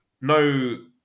no